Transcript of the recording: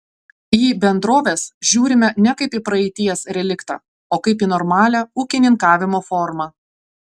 į bendroves žiūrime ne kaip į praeities reliktą o kaip į normalią ūkininkavimo formą